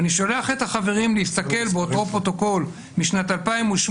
ואני שולח את החברים להסתכל באותו פרוטוקול משנת 2008,